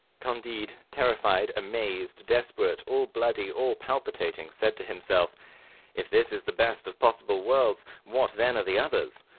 candide, terrified, amazed, desperate, all bloody, all palpitating, said to himself if this is the best of possible worlds, what then are the others?